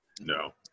No